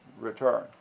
return